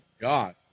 God